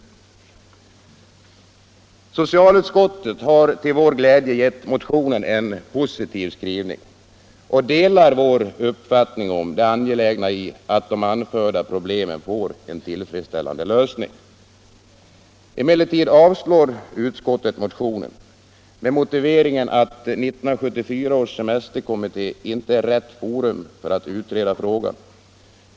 Socialutskottet har till vår glädje gett motionen en positiv skrivning och delar vår uppfattning om det angelägna i att de anförda problemen får en tillfredsställande lösning. Emellertid avstyrker utskottet motionen med motiveringen att 1974 års semesterkommitté inte är rätt forum för att utreda frågan.